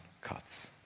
cuts